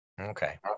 Okay